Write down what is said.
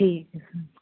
ਠੀਕ ਹੈ ਸਰ